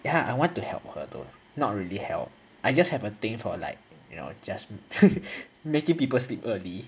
ya I want to help her though not really help I just have a thing for like you know just making people sleep early